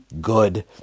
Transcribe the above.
good